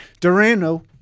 Durano –